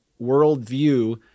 worldview